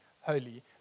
holy